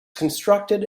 constructed